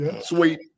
Sweet